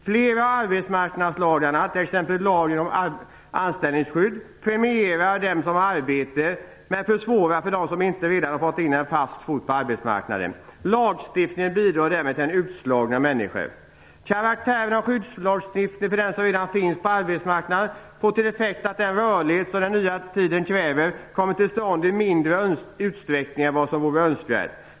Flera av arbetsmarknadslagarna, t.ex. lagen om anställningsskydd, premierar dem som har arbete men försvårar för dem som inte redan har fått fast fot på arbetsmarknaden. Lagstiftningen bidrar därmed till en utslagning av människor. Den karaktär av skyddslagstiftning som reglerna för dem som redan finns på arbetsmarknaden har får till effekt att den rörlighet som den nya tiden kräver kommer till stånd i mindre utsträckning än vad som vore önskvärt.